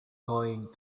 going